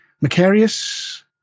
Macarius